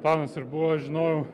planas ir buvo žinojau